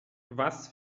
was